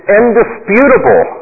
indisputable